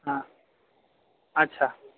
हँ अच्छा